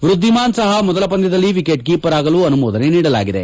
ವೃದ್ಧಿಮಾನ್ ಸಹಾ ಮೊದಲ ಪಂದ್ಯದಲ್ಲಿ wicket keeper ಆಗಲು ಅನುಮೋದನೆ ನೀಡಲಾಗಿದೆ